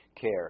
care